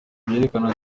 byerekana